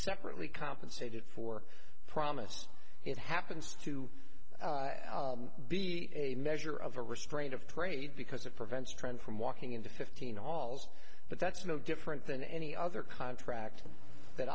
separately compensated for promised it happens to be a measure of a restraint of trade because it prevents trend from walking into fifteen halls but that's no different than any other contract that